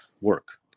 work